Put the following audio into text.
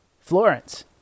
Florence